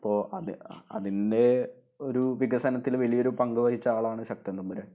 അപ്പോൾ അത് അതിന്റെ ഒരു വികസനത്തിനു വലിയൊരു പങ്ക് വഹിച്ച ആളാണ് ശക്തന് തമ്പുരാന്